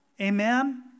Amen